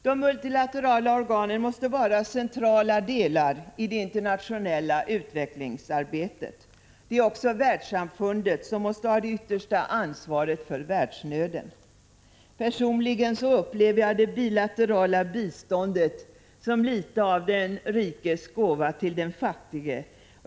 De multinationella organen måste vara centrala delar i det internationella utvecklingsarbetet. Det är också världssamfundet som måste ha det yttersta ansvaret för världsnöden. Personligen upplever jag det bilaterala biståndet som litet av den rikes gåva till den fattige.